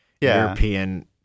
European